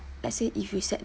let's say if you set